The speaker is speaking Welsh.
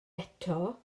eto